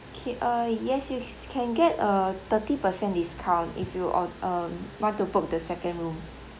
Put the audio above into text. K uh yes you can get a thirty percent discount if you on um want to book the second room